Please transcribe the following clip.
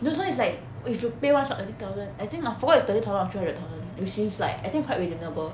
no this [one] is like if you pay one shot thirty thousand I think aff~ I forgot is thirty thousand or tree hundred dollars which is like I think quite reasonable